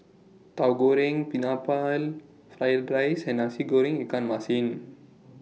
Tauhu Goreng Pineapple Fried Rice and Nasi Goreng Ikan Masin